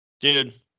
dude